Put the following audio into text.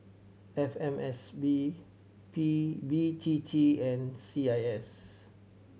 F M S P B T T and C I S